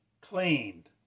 cleaned